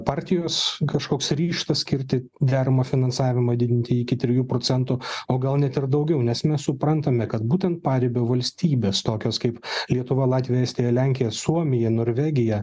partijos kažkoks ryžtas skirti deramą finansavimą didinti iki trijų procentų o gal net ir daugiau nes mes suprantame kad būtent paribio valstybės tokios kaip lietuva latvija estija lenkija suomija norvegija